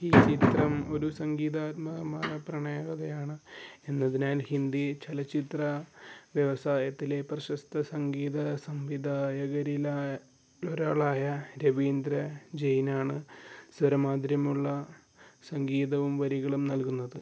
ഈ ചിത്രം ഒരു സംഗീതാത്മകമായ പ്രണയകഥയാണ് എന്നതിനാൽ ഹിന്ദി ചലച്ചിത്ര വ്യവസായത്തിലെ പ്രശസ്ത സംഗീത സംവിധായകരിലാ ഒരാളായ രവീന്ദ്ര ജെയിനാണ് സ്വരമാധുര്യമുള്ള സംഗീതവും വരികളും നൽകുന്നത്